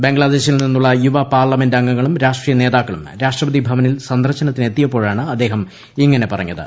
ബംഗ്ലാദേശിൽ നിന്നുള്ള യുവ പാർലമെന്റംഗങ്ങളും രാഷ്ട്രീയ രാഷ്ട്രപതി നേതാക്കളും ഭവനിൽ സന്ദർശനത്തിനെത്തിയപ്പോഴാണ് അദ്ദേഹം ഇങ്ങനെ പറഞ്ഞത്